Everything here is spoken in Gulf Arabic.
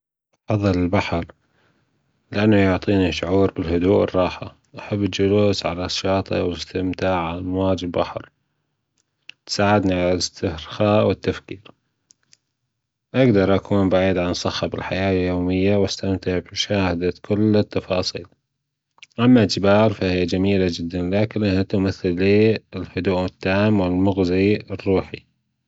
أفضل البحر لانه يعطينى شعور بالهدوء والراحه أحب الجلوس على الشاطئ والاستمتاع بأمواج البحر تساعدنى على الاسترخاء والتفكير أجدر أكون بعيد عن صخب الحياه اليوميه واستمتع بمشاهده كل التفاصيل أما الجبال فهى جميلة جدا ولاكنها تمثل لى الهدوء التام والمغزى الروحى